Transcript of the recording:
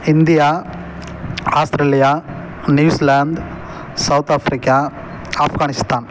India Australia New Zealand South Africa Afghanistan